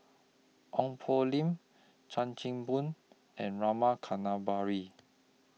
Ong Poh Lim Chan Chim Boon and Rama Kannabiran